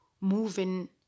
moving